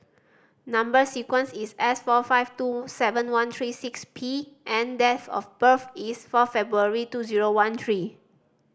number sequence is S four five two seven one three six P and date of birth is four February two zero one three